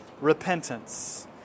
repentance